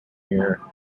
near